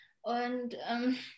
Und